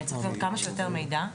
צריך להיות כמה שיותר מידע,